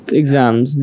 exams